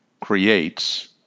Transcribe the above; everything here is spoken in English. creates